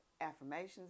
affirmations